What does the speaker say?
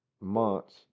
months